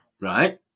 right